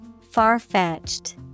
Far-fetched